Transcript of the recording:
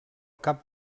cap